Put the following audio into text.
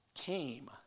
came